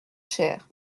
cher